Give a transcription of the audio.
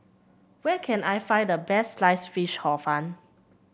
where can I find the best Sliced Fish Hor Fun